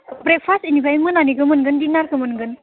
breakfast बेनिफ्राय मोनानिखौ मोनगोन डिनारखौ मोनगोन